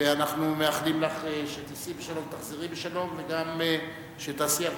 ואנחנו מאחלים לך שתיסעי בשלום ותחזרי בשלום,